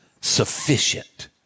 sufficient